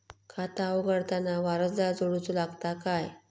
खाता उघडताना वारसदार जोडूचो लागता काय?